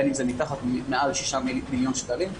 בין אם זה מתחת או מעל לשישה מיליון שקלים,